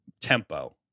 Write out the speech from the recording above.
tempo